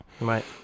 Right